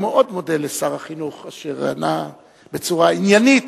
אני מאוד מודה לשר החינוך, אשר ענה בצורה עניינית